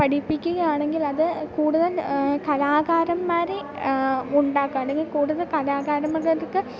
പഠിപ്പിക്കുകയാണെങ്കിലത് കൂടുതൽ കലാകാരന്മാരെ ഉണ്ടാക്കാൻ അല്ലെങ്കിൽ കൂടുതൽ കലാകാരന്മാർക്ക്